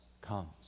comes